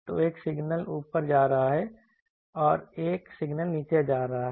तो एक सिग्नल ऊपर जा रहा है एक और सिग्नल नीचे जा रहा है